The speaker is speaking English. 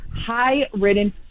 high-ridden